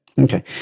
Okay